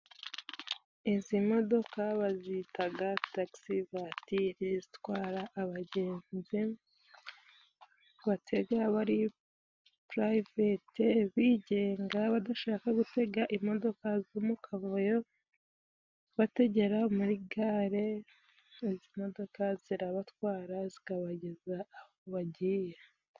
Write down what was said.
Izi modoka bazita taxi vatili, zitwara abagenzi batega bari priveti, bigenga, badashaka gutega imodoka zo mu kavayo, bategera muri gare, izi imodoka zirabatwara, zikabageza aho bagiye.